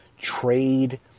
trade